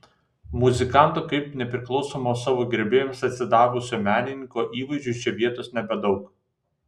muzikanto kaip nepriklausomo savo gerbėjams atsidavusio menininko įvaizdžiui čia vietos nebedaug